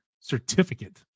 certificate